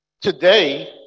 today